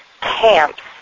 camps